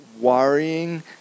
worrying